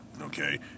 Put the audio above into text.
okay